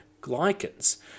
glycans